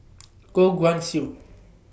Goh Guan Siew